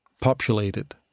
populated